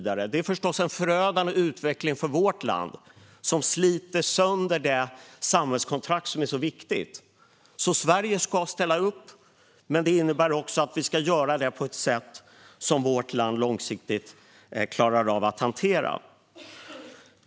Detta är förstås en förödande utveckling för vårt land, som sliter sönder det samhällskontrakt som är så viktigt. Sverige ska ställa upp, men vi ska göra det på ett sätt som vårt land långsiktigt klarar av att hantera.